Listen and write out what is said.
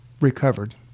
recovered